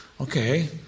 Okay